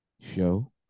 show